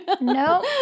No